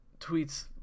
tweets